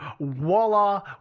voila